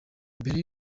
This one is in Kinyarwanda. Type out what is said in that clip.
mbere